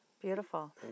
beautiful